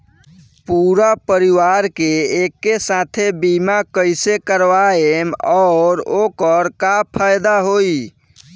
पूरा परिवार के एके साथे बीमा कईसे करवाएम और ओकर का फायदा होई?